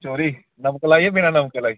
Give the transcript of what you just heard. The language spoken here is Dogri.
कचौरी नमक लाइयै बिना नमक लाइयै